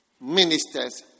ministers